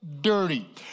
dirty